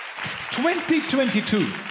2022